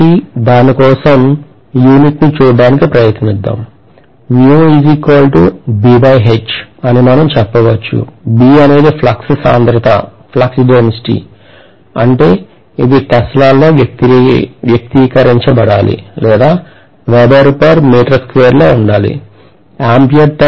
కాబట్టి దాని కోసం యూనిట్ను చూడటానికి ప్రయత్నిద్దాం అని మనం చెప్పవచ్చు B అనేది ఫ్లక్స్ సాంద్రత అంటే ఇది టెస్లాలో వ్యక్తీకరించబడాలి లేదా లో ఉండాలి